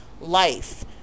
life